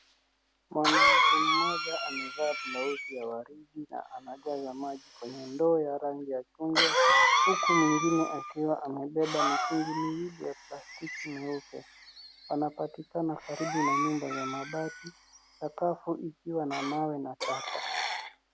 Mwanamke mmoja amevaa blausi ya waridi na anateka maji kwenye ndoo ya rangi ya chungwa, huku mwingine akiwa amebeba mitungi miwili ya plastiki meupe. Anapatikana karibu na nyumba ya mabati, sakafu ikiwa na mawe na taka.